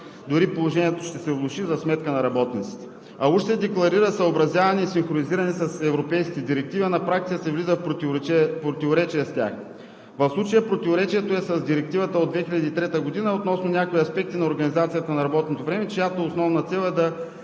дори положението ще се влоши за сметка на работниците. А уж се декларира съобразяване и синхронизиране с европейските директиви – на практика се влиза в противоречие с тях. В случая противоречието е с Директивата от 2003 г. относно някои аспекти на организацията на